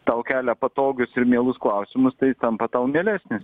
tau kelia patogius ir mielus klausimus tai tampa tau mielesnis